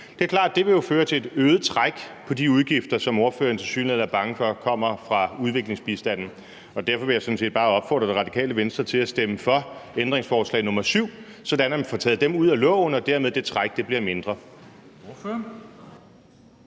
Det er klart, at det jo vil føre til et øget træk på de midler, som ordføreren tilsyneladende er bange for kommer fra udviklingsbistanden, og derfor vil jeg sådan set bare opfordre Radikale Venstre til at stemme for ændringsforslag nr. 7, sådan at vi får taget dem ud af lovforslaget og det træk dermed bliver mindre.